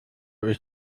ist